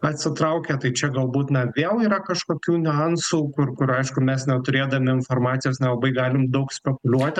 atsitraukia tai čia galbūt na vėl yra kažkokių niuansų kur kur aišku mes neturėdami informacijos nelabai galim daug spekuliuoti